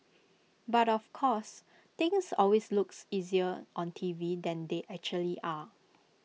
but of course things always look easier on T V than they actually are